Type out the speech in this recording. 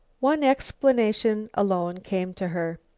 one explanation alone came to her.